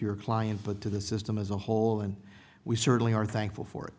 your client but to the system as a whole and we certainly are thankful for